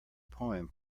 poem